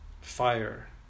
fire